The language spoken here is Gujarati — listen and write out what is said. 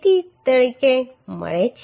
53 તરીકે મળે છે